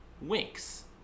winks